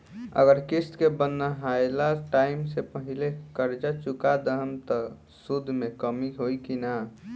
अगर किश्त के बनहाएल टाइम से पहिले कर्जा चुका दहम त सूद मे कमी होई की ना?